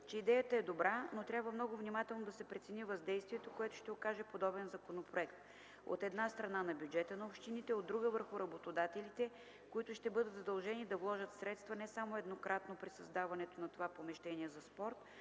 че идеята е добра, но трябва много внимателно да се прецени въздействието, което ще окаже подобен законопроект, от една страна, на бюджета на общините, от друга – върху работодателите, които ще бъдат задължени да вложат средства, не само еднократно при създаването на това помещение за спорт,